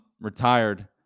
retired